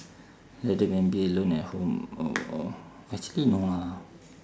like that then be alone at home or or actually no lah